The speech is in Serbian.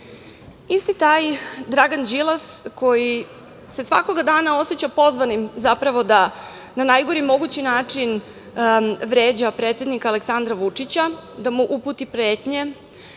uzet. Isti taj Dragan Đilas koji se svakog dana oseća pozvanim, zapravo, da na najgori mogući način vređa predsednika Aleksandra Vučića, da mu uputi pretnje,